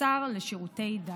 לשר לשירותי דת.